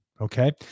Okay